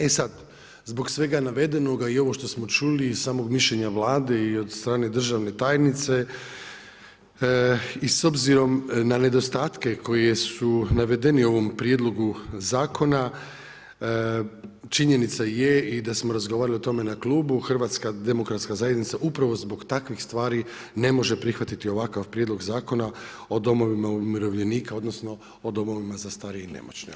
E sad, zbog svega navedenog i ovo što smo čuli i samog mišljenja Vlade i od strane državne tajnice, i s obzirom na nedostatke koji su navedeni u ovom prijedlogu zakona, činjenica je i dasmo razgovarali o tome na klubu, HDZ upravo zbog takvih stvari ne može prihvatiti ovakav prijedlog Zakona o domovima umirovljenika odnosno o domovima za starije i nemoćne.